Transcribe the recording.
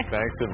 Thanks